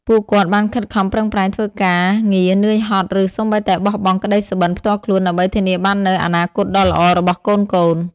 ពួកគាត់បានខិតខំប្រឹងប្រែងធ្វើការងារនឿយហត់ ឬសូម្បីតែបោះបង់ក្ដីសុបិនផ្ទាល់ខ្លួន ដើម្បីធានាបាននូវអនាគតដ៏ល្អរបស់កូនៗ។